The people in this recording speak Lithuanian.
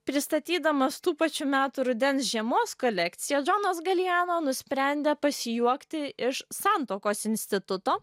pristatydamas tų pačių metų rudens žiemos kolekciją džonas galijano nusprendė pasijuokti iš santuokos instituto